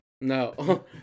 No